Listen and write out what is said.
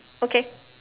okay